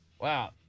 Wow